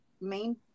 main